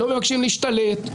לא מבקשים להשתלט,